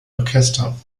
orchester